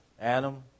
Adam